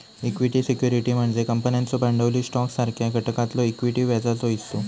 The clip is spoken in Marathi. इक्विटी सिक्युरिटी म्हणजे कंपन्यांचो भांडवली स्टॉकसारख्या घटकातलो इक्विटी व्याजाचो हिस्सो